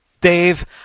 Dave